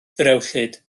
ddrewllyd